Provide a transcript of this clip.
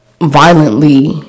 violently